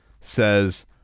says